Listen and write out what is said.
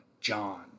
John